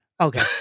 Okay